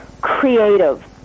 creative